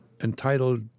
entitled